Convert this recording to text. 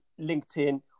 LinkedIn